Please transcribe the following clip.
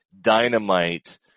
dynamite